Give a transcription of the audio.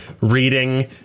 reading